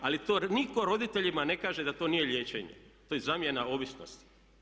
Ali to nitko roditeljima ne kaže da to nije ličenje, to je zamjena ovisnosti.